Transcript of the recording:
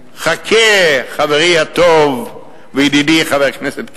חכה, חברי הטוב וידידי חבר הכנסת כצל'ה,